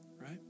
right